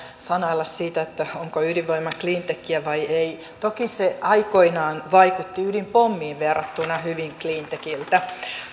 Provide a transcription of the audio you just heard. sanella siitä onko ydinvoima cleantechiä vai ei toki se aikoinaan vaikutti ydinpommiin verrattuna hyvin cleantechiltä